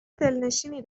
دلنشینی